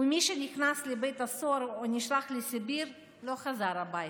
ומי שנכנס לבית הסוהר או נשלח לסיביר לא חזר הביתה.